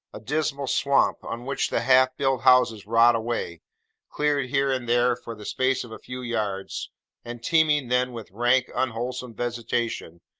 a dismal swamp, on which the half-built houses rot away cleared here and there for the space of a few yards and teeming, then, with rank unwholesome vegetation,